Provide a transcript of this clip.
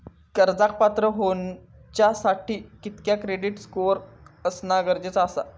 कर्जाक पात्र होवच्यासाठी कितक्या क्रेडिट स्कोअर असणा गरजेचा आसा?